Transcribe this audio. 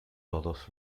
todos